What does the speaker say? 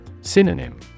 Synonym